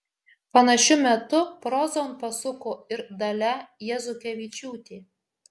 panašiu metu prozon pasuko ir dalia jazukevičiūtė